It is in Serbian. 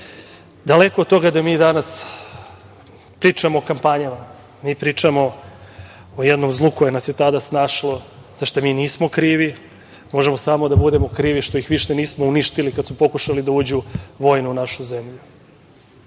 oni. Daleko od toga da mi danas pričamo o kampanji. Mi pričamo o jednom zlu koje nas je tada snašlo, za šta mi nismo krivi. Možemo samo da budemo krivi što ih više nismo uništili kada su pokušali da uđu vojno u našu zemlju.